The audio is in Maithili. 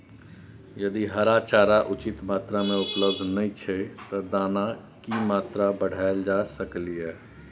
यदि हरा चारा उचित मात्रा में उपलब्ध नय छै ते दाना की मात्रा बढायल जा सकलिए?